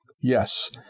Yes